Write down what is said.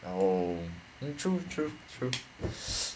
oh mm true true true